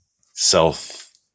self